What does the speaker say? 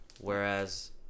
whereas